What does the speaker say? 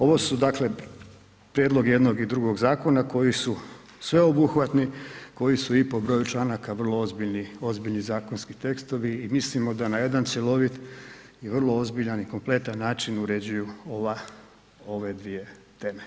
Ovo su dakle prijedlog jednog i drugog zakona koji su sveobuhvatni koji su i po broju članaka vrlo ozbiljni, ozbiljni zakonski tekstovi i mislimo da na jedan cjelovit i vrlo ozbiljan i kompletan način uređuju ova, ove dvije teme.